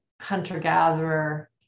hunter-gatherer